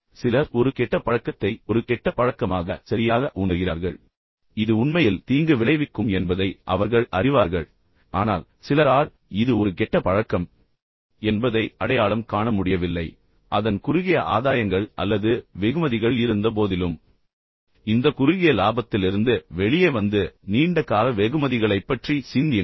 இப்போது சிலர் ஒரு கெட்ட பழக்கத்தை ஒரு கெட்ட பழக்கமாக சரியாக உணர்கிறார்கள் மேலும் இது உண்மையில் தீங்கு விளைவிக்கும் என்பதை அவர்கள் அறிவார்கள் ஆனால் சிலரால் இது ஒரு கெட்ட பழக்கம் என்பதை அடையாளம் காண முடியவில்லை பின்னர் அதன் குறுகிய ஆதாயங்கள் அல்லது வெகுமதிகள் இருந்தபோதிலும் இந்த குறுகிய லாபத்திலிருந்து வெளியே வந்து நீண்ட கால வெகுமதிகளைப் பற்றி சிந்தியுங்கள்